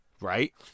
Right